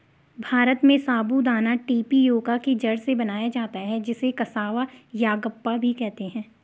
भारत में साबूदाना टेपियोका की जड़ से बनाया जाता है जिसे कसावा यागप्पा भी कहते हैं